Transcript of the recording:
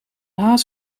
haas